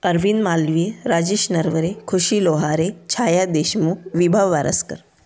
Arvind Malviya Rajesh Narware Khushi Lohare Chhaya Deshmukh Vibha Waraskar